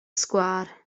sgwâr